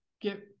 get